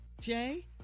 Jay